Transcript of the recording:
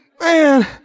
man